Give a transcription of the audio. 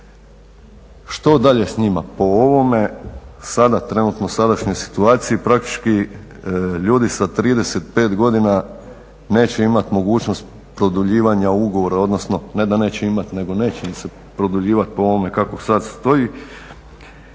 Što dalje s njima? Po ovome sada trenutno sadašnjoj situaciji praktički ljudi sa 35 godina neće imati mogućnost produljivanja ugovora, odnosno ne da neće imati nego neće im se produljivati po ovome kako sada stoji.